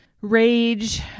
rage